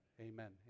amen